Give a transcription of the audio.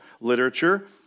literature